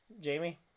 jamie